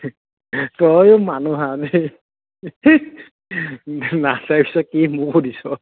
তই মানুহ আৰু দেই কি মোহ দিছ